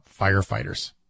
firefighters